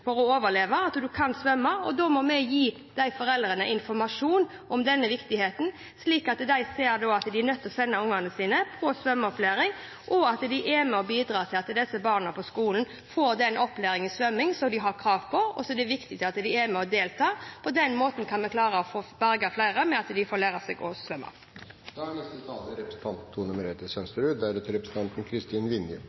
for å overleve at man kan det. Da må vi gi disse foreldrene informasjon om denne viktigheten, slik at de ser at de er nødt til å sende barna sine på svømmeopplæring, at de er med og bidrar til at disse barna får den opplæringen i svømming som de har krav på, på skolen, og at det er viktig at de deltar. På den måten kan vi klare å berge flere, ved at de får lært seg å svømme.